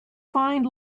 find